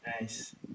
Nice